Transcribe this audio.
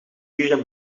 dieren